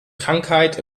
krankheit